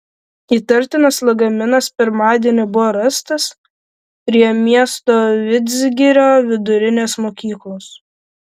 įtartinas lagaminas pirmadienį buvo rastas prie miesto vidzgirio vidurinės mokyklos